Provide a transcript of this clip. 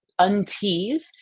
untease